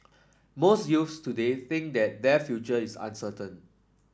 most youths today think that their future is uncertain